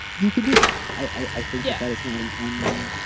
you could do that. i think yeah that is not an unknown.